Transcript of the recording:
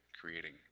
creating